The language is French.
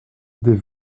des